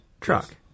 truck